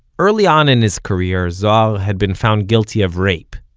early on in his career, zohar had been found guilty of rape,